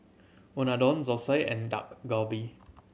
Unadon Zosui and Dak Galbi